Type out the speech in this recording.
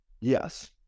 Yes